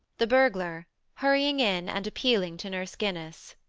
the burglar hurrying in and appealing to nurse guinness.